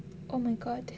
oh my god